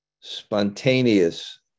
spontaneous